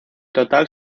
total